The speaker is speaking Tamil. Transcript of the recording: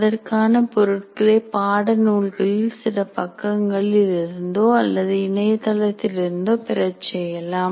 அதற்கான பொருள்களை பாடநூல்களில் சில பக்கங்களில் இருந்தோ அல்லது இணையதளத்திலிருந்து பெறச் செய்யலாம்